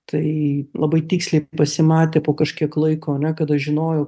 tai labai tiksliai pasimatė po kažkiek laiko ane kada žinojo